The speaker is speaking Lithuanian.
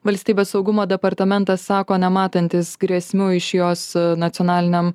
valstybės saugumo departamentas sako nematantis grėsmių iš jos nacionaliniam